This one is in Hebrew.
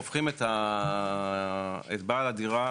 הופכים את בעל הדירה,